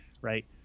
right